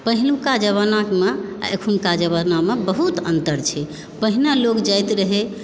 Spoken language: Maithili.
पहिलुका जमानामे आओर एखुनका जमानामे बहुत अन्तर छै पहिने लोग जाइत रहै